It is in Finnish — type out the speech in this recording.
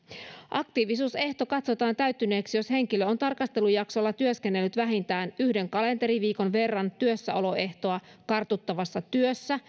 aktiivisuusehto katsotaan täyttyneeksi jos henkilö on tarkastelujaksolla työskennellyt vähintään yhden kalenteriviikon verran työssäoloehtoa kartuttavassa työssä